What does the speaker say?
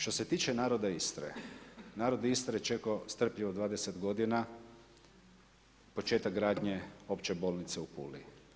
Što se tiče naroda Istre, narod Istre čeka strpljivo 20 g. početak gradnje opće bolnice u Puli.